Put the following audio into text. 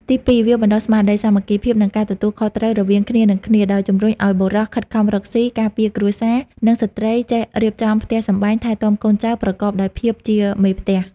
ទីពីរ វាបណ្តុះស្មារតីសាមគ្គីភាព និងការទទួលខុសត្រូវរវាងគ្នានិងគ្នា ដោយជំរុញឲ្យបុរសខិតខំរកស៊ី ការពារគ្រួសារ និងស្ត្រីចេះរៀបចំផ្ទះសម្បែង ថែទាំកូនចៅ ប្រកបដោយភាពជាមេផ្ទះ។